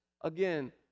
Again